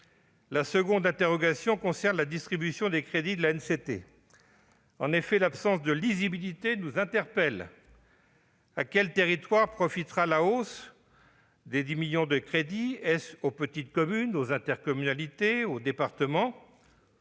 La seconde interrogation concerne la distribution des crédits de l'ANCT. L'absence de lisibilité nous inquiète : à quels territoires profitera la hausse de 10 millions d'euros ? Est-ce aux petites communes, aux intercommunalités ou encore aux départements ?